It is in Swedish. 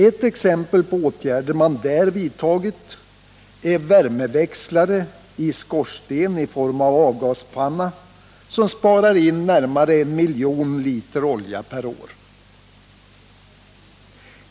Ett exempel på åtgärder man där vidtagit är värmeväxlare i skorsten i form av avgaspanna, som sparar in närmare 1 miljon liter olja per år.